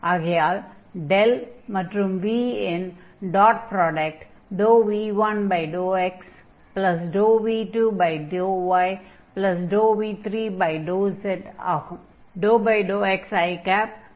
ஆகையால் மற்றும் v இன் டாட் ப்ராடக்ட் v1∂xv2∂yv3∂z ஆகும்